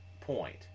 point